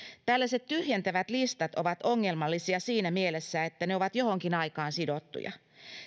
tällaiset tyhjentävät listat ovat ongelmallisia siinä mielessä että ne ovat johonkin aikaan sidottuja